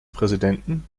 präsidenten